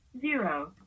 zero